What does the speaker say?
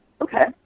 okay